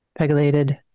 Pegylated